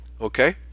Okay